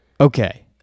Okay